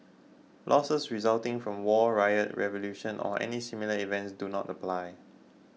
losses resulting from war riot revolution or any similar events do not apply